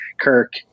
Kirk